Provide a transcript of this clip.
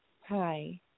Hi